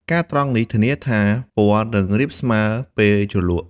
ការត្រងនេះធានាថាពណ៌នឹងរាបស្មើពេលជ្រលក់។